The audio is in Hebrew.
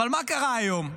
אבל מה קרה היום?